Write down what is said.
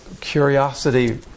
curiosity